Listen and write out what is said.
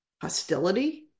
hostility